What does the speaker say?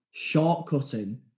shortcutting